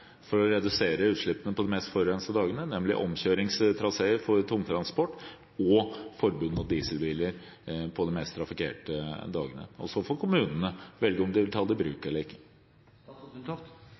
for å redusere utslippene på de mest forurensede dagene? – Så får kommunene velge om de vil ta det i bruk eller ikke. Nå er samferdselsmyndighetene gitt et oppdrag med å utrede forbud mot dieselbiler, og om